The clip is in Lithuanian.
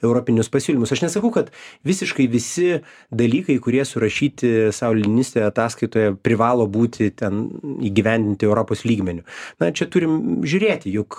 europinius pasiūlymus aš nesakau kad visiškai visi dalykai kurie surašyti sauli niniste ataskaitoje privalo būti ten įgyvendinti europos lygmeniu na čia turim žiūrėti juk